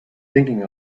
thinking